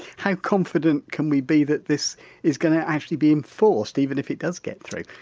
how confident can we be that this is going to actually be enforced even if it does get through?